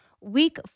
week